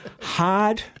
Hard